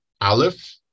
Aleph